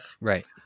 Right